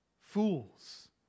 Fools